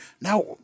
Now